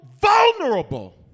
vulnerable